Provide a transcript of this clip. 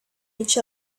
each